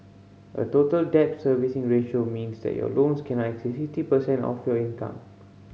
a Total Debt Servicing Ratio means that your loans cannot exceed sixty percent of your income